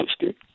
sister